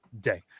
day